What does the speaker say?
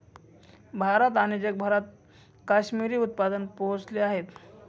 भारत आणि जगभरात काश्मिरी उत्पादन पोहोचले आहेत